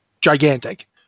gigantic